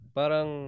parang